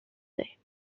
داریم